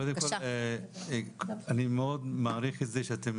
קודם כל אני מאוד מעריך את זה שאתם